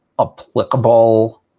applicable